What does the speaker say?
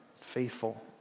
faithful